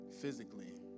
physically